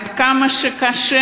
עד כמה קשה,